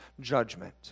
judgment